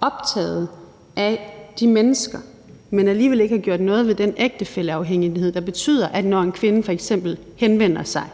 optaget af de mennesker, men alligevel ikke har gjort noget ved den ægtefælleafhængighed, der betyder, at når en kvinde f.eks. henvender sig